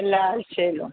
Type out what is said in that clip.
എല്ലാ ആഴ്ചയിലും